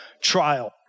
trial